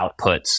outputs